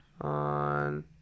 on